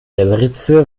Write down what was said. berberitze